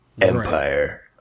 Empire